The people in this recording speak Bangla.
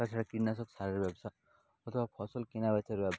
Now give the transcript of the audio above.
তাছাড়া কীটনাশক সারের ব্যবসা কোথাও ফসল কেনা বেচার ব্যবসা